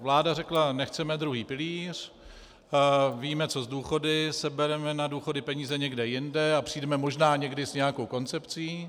Vláda řekla nechceme druhý pilíř, víme co s důchody, sebereme na důchody peníze někde jinde a přijdeme možná někdy s nějakou koncepcí.